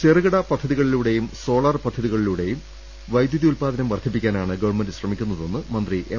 ചെറുകിട പദ്ധതികളിലൂടെയും സോളാർ പദ്ധതികളിലൂടെയും വൈദ്യുതി ഉത്പാദനം വർദ്ധിപ്പിക്കാനാണ് ഗവൺമെന്റ് ശ്രമിക്കുന്നതെന്ന് മന്ത്രി എം